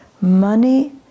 money